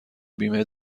بیمه